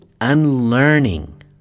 unlearning